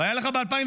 והיו לך ב-2004,